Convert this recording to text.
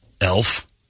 Elf